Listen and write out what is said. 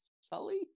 Sully